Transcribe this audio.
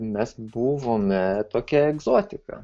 mes buvome tokia egzotika